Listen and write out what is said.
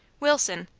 wilson.